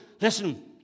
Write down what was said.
Listen